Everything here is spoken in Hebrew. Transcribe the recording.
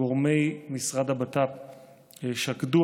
גורמי משרד הבט"פ שקדו,